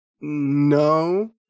no